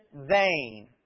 vain